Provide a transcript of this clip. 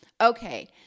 Okay